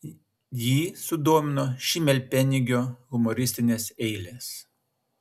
jį sudomino šimelpenigio humoristinės eilės